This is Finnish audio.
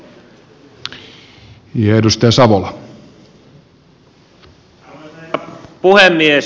arvoisa herra puhemies